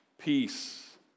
Peace